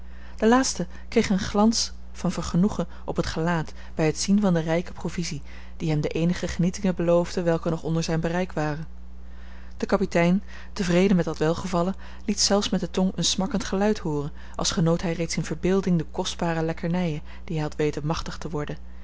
de laatste kreeg een glans van vergenoegen op het gelaat bij het zien van de rijke provisie die hem de eenige genietingen beloofde welke nog onder zijn bereik waren de kapitein tevreden met dat welgevallen liet zelfs met de tong een smakkend geluid hooren als genoot hij reeds in verbeelding de kostbare lekkernijen die hij had weten machtig te worden